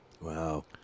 Wow